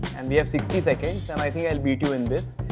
and we have sixty seconds and i think i'll beat you in this.